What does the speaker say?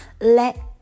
let